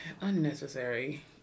unnecessary